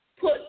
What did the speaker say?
put